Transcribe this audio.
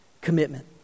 Commitment